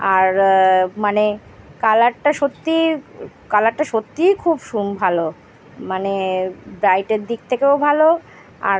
আর মানে কালারটা সত্যি কালারটা সত্যিই খুব সুম ভালো মানে ব্রাইটের দিক থেকেও ভালো আর